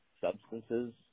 substances